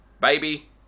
Baby